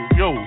yo